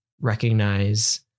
recognize